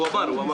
הוא אמר